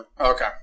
Okay